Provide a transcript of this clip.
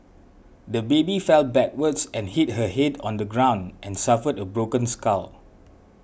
the baby fell backwards and hit her head on the ground and suffered a broken skull